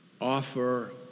offer